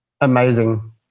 Amazing